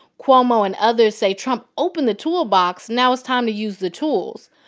cuomo and others say trump opened the tool box. now it's time to use the tools.